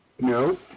No